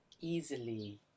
easily